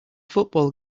football